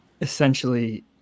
essentially